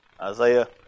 Isaiah